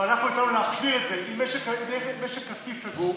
אנחנו הצענו להחזיר את זה עם משק כספי סגור,